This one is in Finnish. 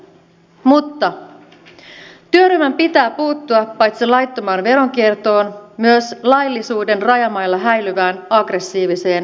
mutta työryhmän pitää puuttua paitsi laittomaan veronkiertoon myös laillisuuden rajamailla häilyvään aggressiiviseen verosuunnitteluun